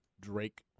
Drake